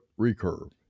recurve